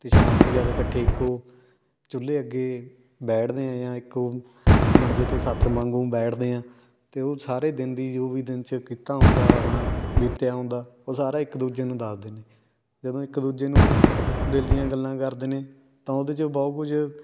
ਅਤੇ ਸ਼ਾਮ ਨੂੰ ਜਦ ਇਕੱਠੇ ਇੱਕੋ ਚੁੱਲ੍ਹੇ ਅੱਗੇ ਬੈਠਦੇ ਹਾਂ ਜਾਂ ਇੱਕੋ ਮੰਜੇ 'ਤੇ ਸੱਥ ਵਾਂਗੂੰ ਬੈਠਦੇ ਹਾਂ ਅਤੇ ਉਹ ਸਾਰੇ ਦਿਨ ਦੀ ਜੋ ਵੀ ਦਿਨ 'ਚ ਕੀਤਾ ਹੁੰਦਾ ਆਪਣਾ ਬੀਤਿਆ ਹੁੰਦਾ ਉਹ ਸਾਰਾ ਇੱਕ ਦੂਜੇ ਨੂੰ ਦੱਸ ਦਿੰਦੇ ਜਦੋਂ ਇੱਕ ਦੂਜੇ ਨੂੰ ਦਿਲ ਦੀਆਂ ਗੱਲਾਂ ਕਰਦੇ ਨੇ ਤਾਂ ਉਹਦੇ 'ਚ ਬਹੁਤ ਕੁਝ